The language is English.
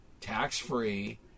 tax-free